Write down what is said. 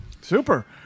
Super